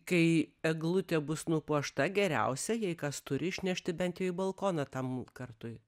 kai eglutė bus nupuošta geriausia jei kas turi išnešti bent į balkoną tam kartui